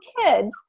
kids